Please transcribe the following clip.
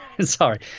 Sorry